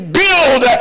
build